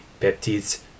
peptides